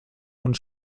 und